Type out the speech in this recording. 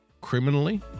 criminally